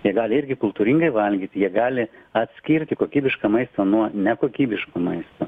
jie gali irgi kultūringai valgyt jie gali atskirti kokybišką maistą nuo nekokybiško maisto